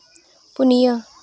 ᱯᱩᱱᱭᱟᱹ